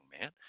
man